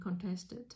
contested